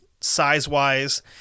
size-wise